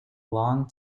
long